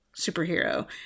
superhero